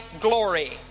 glory